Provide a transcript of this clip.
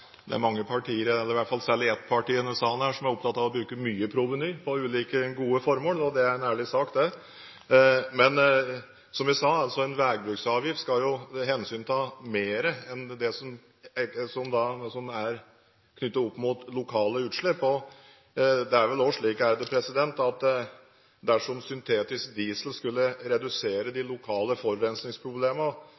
det er mange partier, eller i hvert fall særlig ett parti i denne salen, som er opptatt av å bruke mye proveny på ulike gode formål, og det er en ærlig sak. Men som jeg sa, en vegbruksavgift skal jo ta hensyn til mer enn det som er knyttet opp mot lokale utslipp, og det er vel også slik at dersom syntetisk diesel skulle redusere de